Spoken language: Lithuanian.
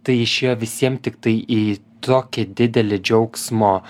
tai išėjo visiem tiktai į tokį didelį džiaugsmo